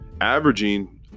averaging